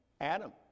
Adam